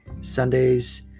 Sundays